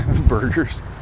Burgers